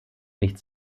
nicht